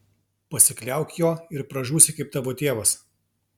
pasikliauk juo ir pražūsi kaip tavo tėvas